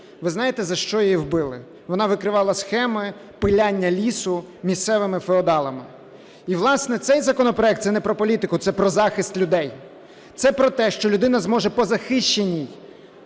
Ви знаєте, за що її вибили? Вона викривала схеми пиляння лісу місцевими феодалами. І, власне, цей законопроект це не про політику – це про захист людей. Це про те, що людина зможе по захищеній